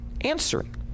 answering